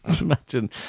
Imagine